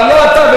אבל לא אתה,